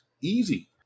easy